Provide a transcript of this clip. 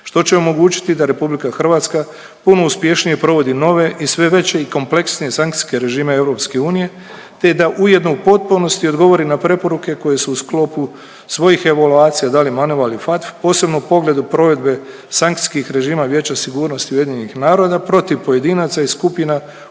što će omogućiti da RH puno uspješnije provodi nove i sve veće i kompleksnije sankcijske režime Europske unije te da ujedno u potpunosti odgovori na preporuke koje su u sklopu svojih evaluacija dali MONEYVAL i FATFA posebno u pogledu provedbe sankcijskih režima Vijeća sigurnosti UN-a protiv pojedinaca i skupina uključenih